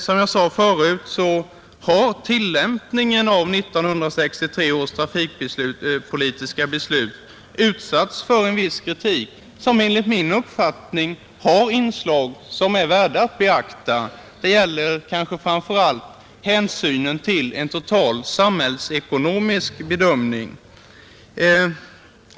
Som jag sade förut har tillämpningen av 1963 års trafikpolitiska beslut utsatts för viss kritik med inslag som enligt min uppfattning är värda beaktande. Detta gäller framför allt hänsynen till en total samhällsekonomisk bedömning.